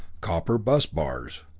copper bus bars.